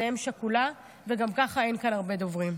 זו אם שכולה, וגם ככה אין כאן הרבה דוברים.